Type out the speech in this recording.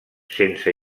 sense